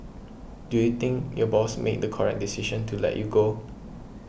do you think your boss made the correct decision to let you go